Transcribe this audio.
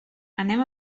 anem